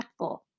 impactful